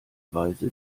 weise